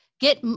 get